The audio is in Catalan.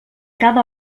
cada